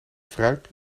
fruit